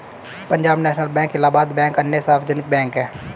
Punjab National Bank Allahabad bank अन्य सार्वजनिक bank है